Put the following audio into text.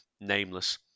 nameless